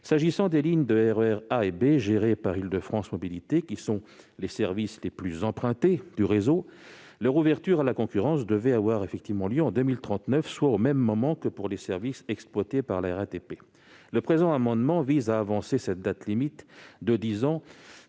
Quant aux lignes de RER A et B gérées par Île-de-France Mobilités, qui sont les services les plus empruntés du réseau, leur ouverture à la concurrence devait avoir lieu en 2039, soit au même moment que pour les services exploités par la RATP. Le présent amendement vise à avancer de dix ans